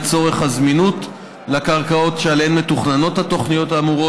לצורך הזמינות של הקרקעות שעליהן מתוכננות התוכניות האמורות.